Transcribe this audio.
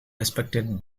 respected